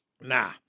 Nah